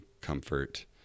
comfort